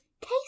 Case